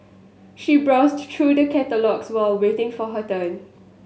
she browsed through the catalogues while waiting for her turn